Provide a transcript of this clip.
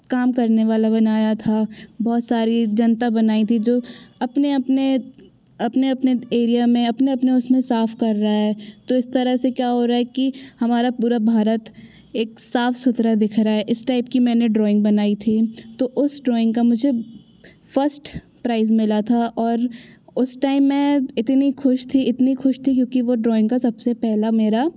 काम करने वाला बनाया था बहुत सारी जनता बनाई थी जो अपने अपने अपने अपने एरिया में अपने अपने उसमें साफ़ कर रहा है तो इस तरह से क्या हो रहा है कि हमारा पूरा भारत एक साफ़ सुथरा दिख रहा है इस टाइप की मैंने ड्राइंग बनाई थी तो उस ड्राइंग का मुझे फर्स्ट प्राइज़ मिला था और उसे टाइम मैं इतनी ख़ुश थी इतनी ख़ुश थी क्योंकि वो ड्राइंग का सब से पहले मेरा